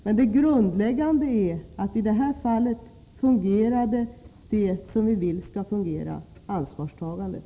Men det grundläggande är att i det här fallet fungerade det som vi vill skall fungera — nämligen ansvarstagandet.